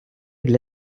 для